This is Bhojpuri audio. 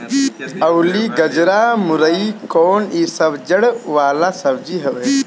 अलुई, गजरा, मूरइ कोन इ सब जड़ वाला सब्जी हवे